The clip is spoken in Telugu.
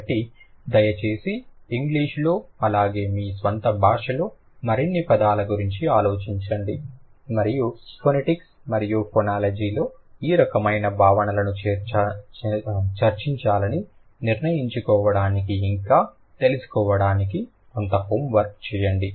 కాబట్టి దయచేసి ఇంగ్లీషులో అలాగే మీ స్వంత భాషలో మరిన్ని పదాల గురించి ఆలోచించండి మరియు ఫొనెటిక్స్ మరియు ఫోనాలజీలో ఈ రకమైన భావనలను చర్చించాలని నిర్ణయించుకోవడానికి ఇంకా తెలుసుకోవడానికి కొంత హోంవర్క్ చేయండి